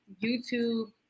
YouTube